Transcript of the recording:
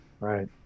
Right